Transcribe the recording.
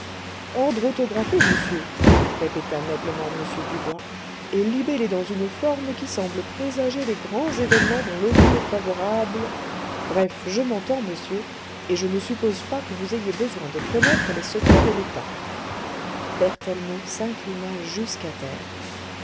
ordre autographe monsieur répéta noblement m dubois et libellé dans une forme qui semble présager les grands événements dont l'augure favorable bref je m'entends monsieur et je ne suppose pas que vous ayez besoin de connaître les secrets de l'etat berthellemot s'inclina jusqu'à terre